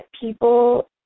people